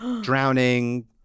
Drowning